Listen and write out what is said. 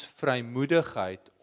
vrijmoedigheid